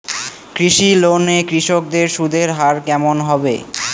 কৃষি লোন এ কৃষকদের সুদের হার কেমন হবে?